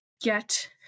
get